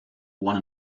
one